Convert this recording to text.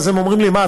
הם אומרים לי: מה,